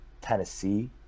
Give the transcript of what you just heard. Tennessee